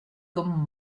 comme